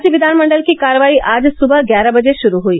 राज्य विधानमंडल की कार्यवाही आज सुबह ग्यारह बजे गुरू हुई